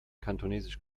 kantonesisch